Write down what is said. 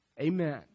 Amen